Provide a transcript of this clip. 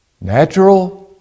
Natural